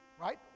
right